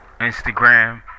Instagram